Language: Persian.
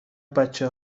بچه